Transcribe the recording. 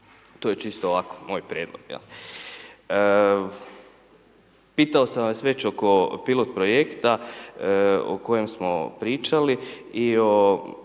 To je čisto ovako, moj prijedlog, jel'. Pitao sam vas već oko pilot projekt o kojem smo pričali i o